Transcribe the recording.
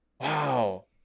Wow